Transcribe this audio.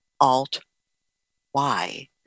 Alt-Y